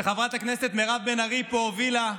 שחברת הכנסת מירב בן ארי פה הובילה,